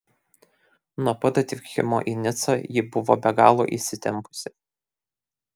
nuo pat atvykimo į nicą ji buvo be galo įsitempusi